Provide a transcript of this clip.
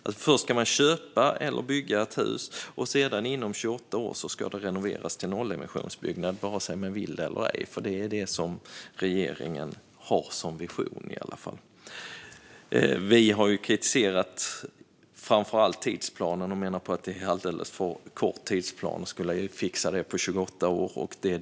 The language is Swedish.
Först ska man köpa eller bygga ett hus, och sedan ska det inom 28 år renoveras till nollemissionsbyggnad oavsett om man vill eller ej, för det är det som regeringen har som vision. Vi har kritiserat framför allt tidsplanen och menar att det är alldeles för kort tid att fixa detta på 28 år.